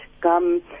gum